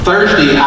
Thursday